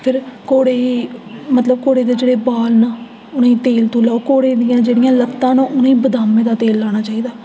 फिर घोड़े गी मतलब घोड़े दे जेह्ड़े बाल न उ'नें गी तेल तूल लाओ घोड़े दियां जेह्ड़ियां लत्ता न उ'नें गी बदामें दा तेल लाना चाहिदा